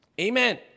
Amen